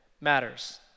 matters